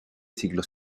siglo